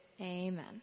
amen